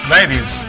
Ladies